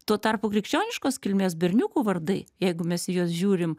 tuo tarpu krikščioniškos kilmės berniukų vardai jeigu mes į juos žiūrim